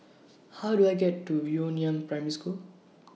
How Do I get to Yu Liang Primary School